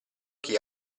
chi